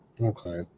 Okay